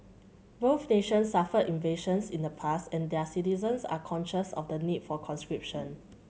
both nations suffered invasions in the past and their citizens are conscious of the need for conscription